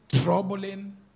troubling